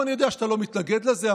ואני יודע שאתה לא מתנגד לזה,